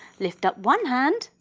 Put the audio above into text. lift up one hand,